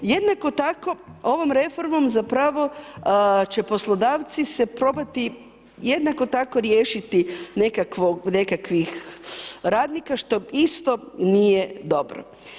Jednako tako, ovom reformom zapravo će poslodavci se probati jednako tako se riješiti nekakvog, nekakvih radnika što isto nije dobro.